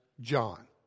John